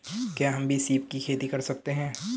क्या हम भी सीप की खेती कर सकते हैं?